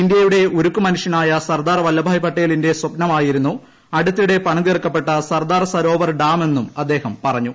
ഇന്ത്യയുടെ ഉരുക്കു മനുഷ്യനായ സർദാർ വല്പഭായി പട്ടേലിന്റെ സ്വപ്നമായിരുന്നു അടിത്തിടെ പണിതീർക്കപ്പെട്ട സർദാർ സരോവർ ഡാം എന്നും അദ്ദേഹം പറഞ്ഞു